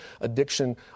addiction